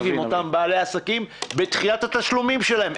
עם בעלי העסקים בדחיית התשלומים שלהם.